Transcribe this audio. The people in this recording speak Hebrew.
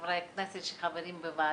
חברת הכנסת ברדץ'-יאלוב, בבקשה.